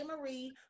Marie